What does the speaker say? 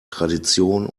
tradition